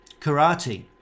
karate